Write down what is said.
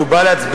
כשהוא בא להצביע,